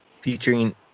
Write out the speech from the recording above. featuring